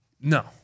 No